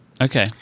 Okay